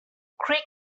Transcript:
creek